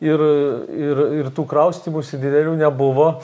ir ir ir tų kraustymųsi didelių nebuvo